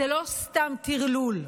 זה לא סתם טרלול,